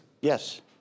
Yes